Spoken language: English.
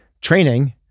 Training